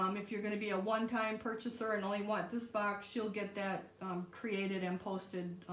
um if you're going to be a one-time purchaser and only want this box, you'll get that created and posted.